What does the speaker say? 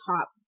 top